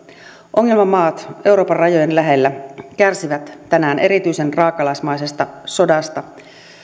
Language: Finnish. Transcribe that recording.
ongelmamaat euroopan rajojen lähellä kärsivät tänään erityisen raakalaismaisesta sodasta